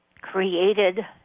created